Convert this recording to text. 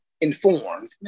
informed